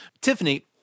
Tiffany